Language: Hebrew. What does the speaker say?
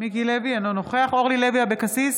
אינו נוכח אורלי לוי אבקסיס,